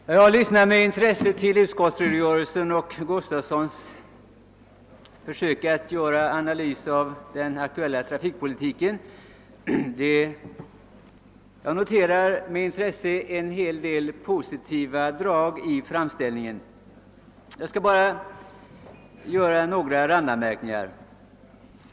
talman! Jag har med intresse lyssnat till utskottets talesmans redogörelse och försök till analys av den aktuella trafikpolitiken. Jag noterade en hel del positiva drag i framställningen. Jag skall nu bara göra några randanmärkningar.